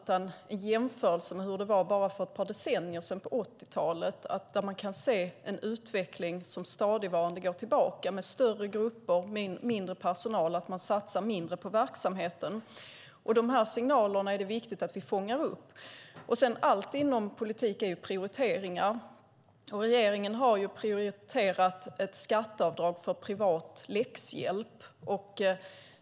Men i jämförelse med hur det var för bara ett par decennier sedan, på 80-talet, kan man se en utveckling som stadigt går bakåt, med större grupper, mindre personal och mindre satsningar på verksamheten. De här signalerna är det viktigt att vi fångar upp. Allt inom politiken är prioriteringar. Regeringen har prioriterat ett skatteavdrag för privat läxhjälp.